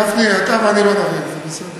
גפני, אתה ואני לא נריב, זה בסדר.